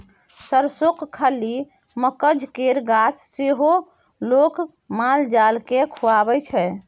सरिसोक खल्ली, मकझ केर गाछ सेहो लोक माल जाल केँ खुआबै छै